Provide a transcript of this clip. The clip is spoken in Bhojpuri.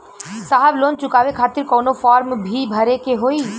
साहब लोन चुकावे खातिर कवनो फार्म भी भरे के होइ?